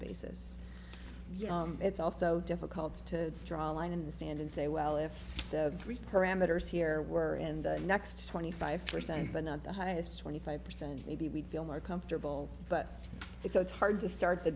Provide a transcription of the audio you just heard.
basis it's also difficult to draw a line in the sand and say well if three parameters here were in the next twenty five percent but not the highest twenty five percent maybe we'd feel more comfortable but it's hard to start the